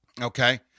Okay